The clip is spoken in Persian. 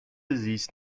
زیست